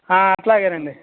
అట్లాగేనండి